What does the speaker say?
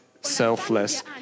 selfless